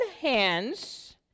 hands